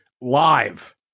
live